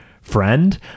friend